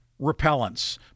repellents